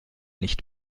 nicht